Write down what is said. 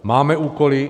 Máme úkoly?